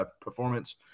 performance